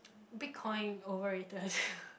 Bitcoin over rated